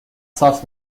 صاف